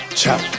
chop